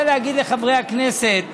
גברתי היושבת-ראש,